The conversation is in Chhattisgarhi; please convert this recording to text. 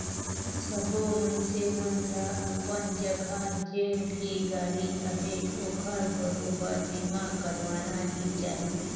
सबो मइनसे मन ल अपन जघा जेन भी गाड़ी अहे ओखर बरोबर बीमा करवाना ही चाही